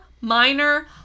minor